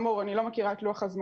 כאמור, אני לא מכירה את לוח הזמנים.